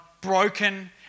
broken